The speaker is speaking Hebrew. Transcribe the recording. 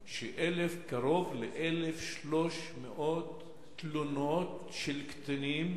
שקרוב ל-1,300 תלונות של קטינים,